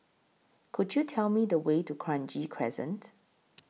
Could YOU Tell Me The Way to Kranji Crescent